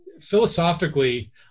philosophically